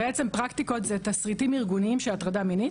כשפרקטיקות זה תסריטים ארגוניים של הטרדה מינית,